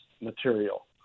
material